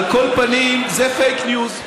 על כל פנים, זה פייק ניוז.